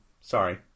Sorry